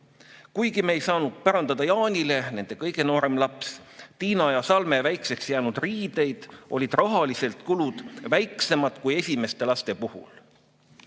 Kuigi me ei saanud pärandada Jaanile (– nende kõige noorem laps – T. J.) Tiina ja Salme väikseks jäänud riideid, olid rahalised kulud väiksemad kui esimeste laste puhul."